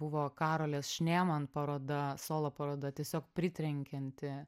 buvo karolės šnėman paroda solo paroda tiesiog pritrenkianti